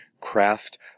craft